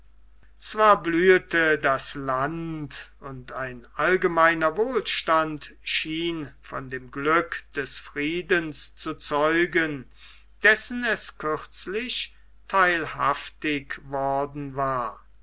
zwar blühete das land und ein allgemeiner wohlstand schien von dem glück des friedens zu zeugen dessen es kürzlich theilhaftig worden war